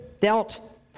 dealt